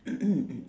mm mm mm